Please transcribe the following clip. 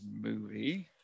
movie